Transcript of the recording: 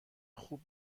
خوب